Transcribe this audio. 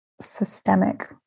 systemic